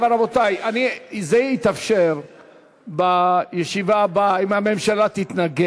תהיה הצבעה, הממשלה, אני מבין, מסכימה למהלך הזה.